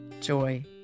joy